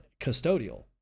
custodial